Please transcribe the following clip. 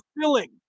filling